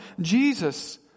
Jesus